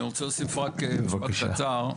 אני רוצה להוסיף רק משפט קצר: